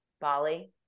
Bali